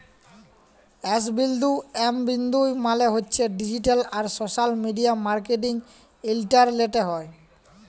S বিন্দু M বিন্দু E মালে হছে ডিজিট্যাল আর সশ্যাল মিডিয়া মার্কেটিং ইলটারলেটে হ্যয়